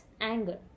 anger